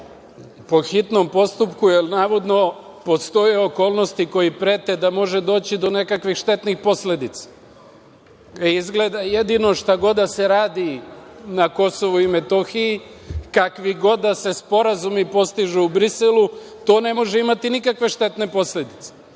Po hitnom postupku, jer navodno postoje okolnosti koje prete da može doći do nekakvih štetnih posledica. Izgleda da jedino, šta god da se radi na Kosovu i Metohiji, kakvi god da se sporazumi postižu u Briselu, to ne može imati nikakve štetne posledice